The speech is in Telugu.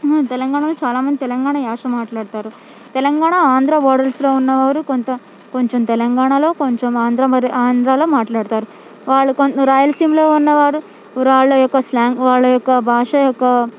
తెలంగాణలో చాలామంది తెలంగాణ యాస మాట్లాడతారు తెలంగాణ ఆంధ్రా బోర్డర్స్లో ఉన్నవాళ్ళు కొంత కొంచెం తెలంగాణలో కొంచెం ఆంధ్ర మరియు ఆంధ్రాలో మాట్లాడతారు వాళ్ళుకొం రాయలసీమలో ఉన్నవారు వాళ్ళ యొక్క స్లాంగ్ వాళ్ళ యొక్క భాష యొక్క